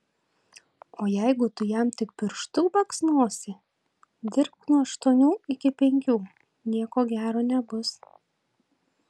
o jeigu tu jam tik pirštu baksnosi dirbk nuo aštuonių iki penkių nieko gero nebus